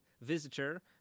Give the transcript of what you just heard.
visitor